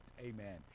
amen